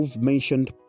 mentioned